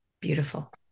Beautiful